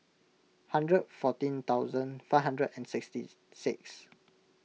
hundred fourteen thousand five hundred and sixty six